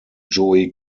joey